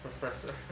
professor